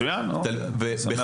מצוין, אני שמח.